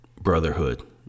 brotherhood